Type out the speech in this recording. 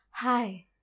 Hi